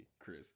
Chris